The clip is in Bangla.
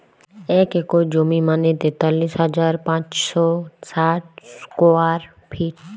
এক একর জমি মানে তেতাল্লিশ হাজার পাঁচশ ষাট স্কোয়ার ফিট